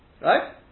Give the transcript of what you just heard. Right